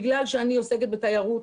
בגלל שאני עוסקת בתיירות,